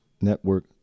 network